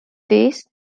this